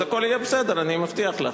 אז הכול יהיה בסדר, אני מבטיח לך.